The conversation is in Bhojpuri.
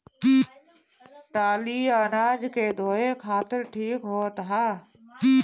टाली अनाज के धोए खातिर ठीक होत ह